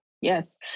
Yes